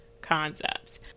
concepts